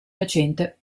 recente